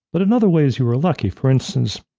but another way is you were lucky. for instance,